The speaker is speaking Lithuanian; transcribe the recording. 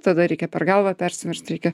tada reikia per galvą persiverst reikia